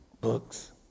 books